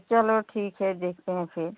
चलो ठीक है देखते हैं फिर